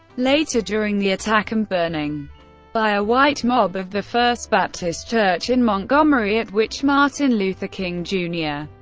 later, during the attack and burning by a white mob of the first baptist church in montgomery, at which martin luther king jr.